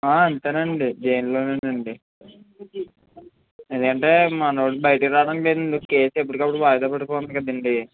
అంతేనండి జైల్లోనే నండి ఎందుకంటే మనోడు బయటికి రావడానికి కేసు ఎప్పటికప్పుడు వాయిదా పడిపోతుంది కదండీ